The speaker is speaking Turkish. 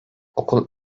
okul